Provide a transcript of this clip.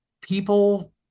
people